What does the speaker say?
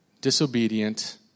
disobedient